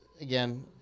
again